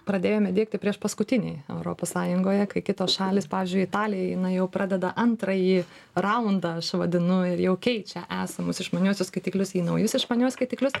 pradėjome diegti priešpaskutiniai europos sąjungoje kai kitos šalys pavyzdžiui italija jinai jau pradeda antrąjį raundą aš vadinu ir jau keičia esamus išmaniuosius skaitiklius į naujus išmaniuos skaitiklius